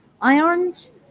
Ions